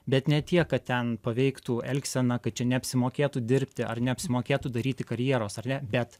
bet ne tiek kad ten paveiktų elgseną kad čia neapsimokėtų dirbti ar neapsimokėtų daryti karjeros ar ne bet